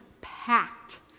packed